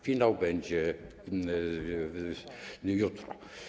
Finał będzie jutro.